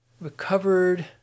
recovered